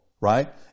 right